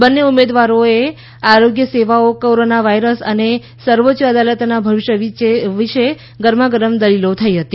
બંને ઉમેદવારોએ વચ્ચે આરોગ્ય સેવાઓ કોરોના વાયરસ અને સર્વોચ્ય અદાલતના ભવિષ્ય વિશે ગરમાગરમ દલીલો થઈ હતી